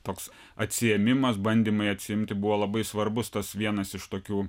toks atsiėmimas bandymai atsiimti buvo labai svarbus tas vienas iš tokių